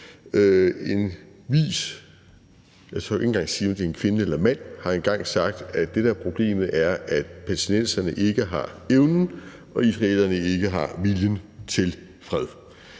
En vis – jeg tør ikke engang sige, om det er en kvinde eller en mand – har engang sagt, at det, der er problemet, er, at palæstinenserne ikke har evnen og israelerne ikke har viljen til fred.